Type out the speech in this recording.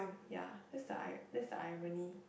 ya that is ir~ that's the irony